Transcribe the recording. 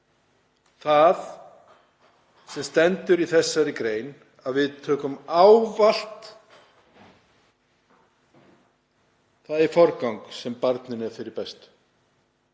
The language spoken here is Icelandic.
það sem stendur í þessari grein, að við höfum ávallt það í forgangi sem barninu er fyrir bestu.